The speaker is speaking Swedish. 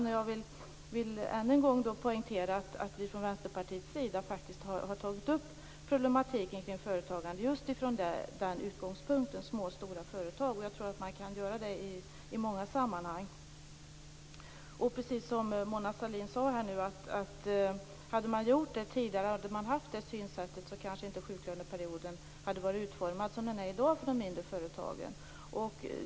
Men jag vill än en gång poängtera att vi från Vänsterpartiets sida faktiskt har tagit upp problematiken kring företagande just från den utgångspunkten, små och stora företag, och jag tror att man kan göra det i många sammanhang. Precis som Mona Sahlin sade: Hade man gjort det och haft det synsättet tidigare så kanske inte sjuklöneperioden hade varit utformad som den är i dag för de mindre företagen.